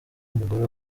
w’umugore